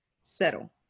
settle